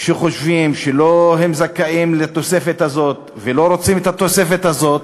שחושבים שהם לא זכאים לתוספת הזאת ולא רוצים את התוספת הזאת,